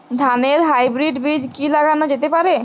ধানের হাইব্রীড বীজ কি লাগানো যেতে পারে?